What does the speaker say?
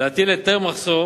להטיל היטל מחסור